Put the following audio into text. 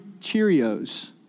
Cheerios